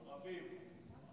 ערבים.